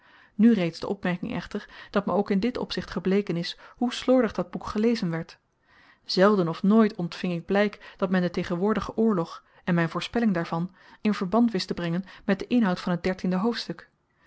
nu reeds de opmerking echter dat me ook in dit opzicht gebleken is hoe slordig dat boek gelezen werd zelden of nooit ontving ik blyk dat men den tegenwoordigen oorlog en myn voorspelling daarvan in verband wist te brengen met den inhoud van t dertiende hoofdstuk